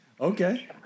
Okay